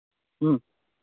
ꯎꯝ